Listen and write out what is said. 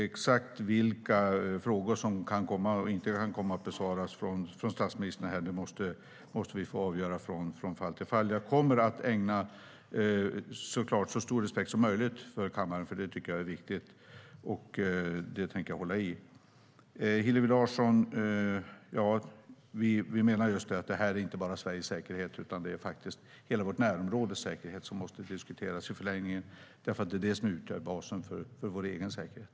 Exakt vilka frågor som kan och inte kan komma att besvaras av statsministern måste vi få avgöra från fall till fall. Jag kommer såklart att visa så stor respekt som möjligt för kammaren. Det tycker jag är viktigt, och det tänker jag hålla i. Hillevi Larsson! Ja, vi menar just det: Det här gäller inte bara Sveriges säkerhet, utan det är faktiskt hela vårt närområdes säkerhet som måste diskuteras i förlängningen. Det är nämligen det som utgör basen för vår egen säkerhet.